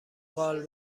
قال